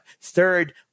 Third